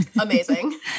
Amazing